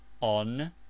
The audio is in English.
on